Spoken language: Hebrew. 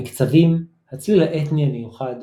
המקצבים, הצליל האתני המיוחד